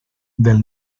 del